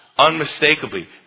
unmistakably